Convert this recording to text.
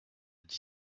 dis